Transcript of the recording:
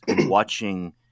watching